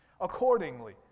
accordingly